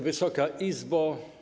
Wysoka Izbo!